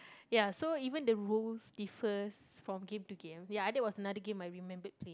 ya so even the rules differs from game to game ya that was another game I remembered playing